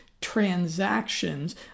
transactions